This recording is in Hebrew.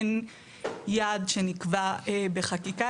אין יעד שנקבע בחקיקה,